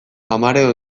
amaren